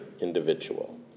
individual